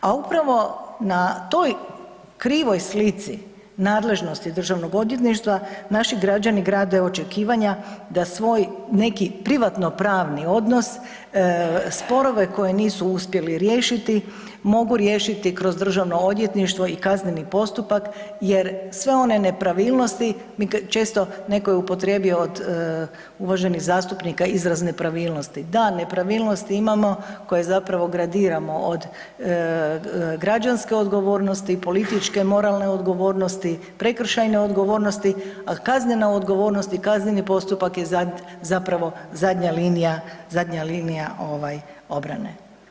A upravo na toj krivoj slici nadležnosti Državnog odvjetništva naši građani grade očekivanja da svoj neki privatno pravni odnos, sporove koje nisu uspjeli riješiti mogu riješiti kroz Državno odvjetništvo i kazneni postupak jer sve one nepravilnosti mi često, netko je upotrijebio od uvaženih zastupnika izraz nepravilnosti, da nepravilnosti imamo koje zapravo gradiramo od građanske odgovornosti, političke, moralne odgovornosti, prekršajne odgovornosti, kaznene odgovornosti i kazneni postupak je zapravo zadnja linija, zadnja linija ovaj obrane.